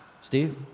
Steve